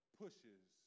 pushes